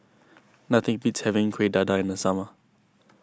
nothing beats having Kueh Dadar in the summer